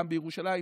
פעם בירושלים,